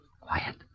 Quiet